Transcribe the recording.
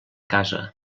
casa